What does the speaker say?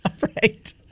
Right